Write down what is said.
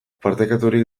partekaturik